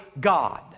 God